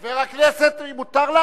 חבר הכנסת דנון, מותר לה.